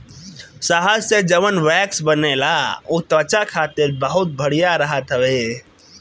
शहद से जवन वैक्स बनेला उ त्वचा खातिर बहुते बढ़िया रहत हवे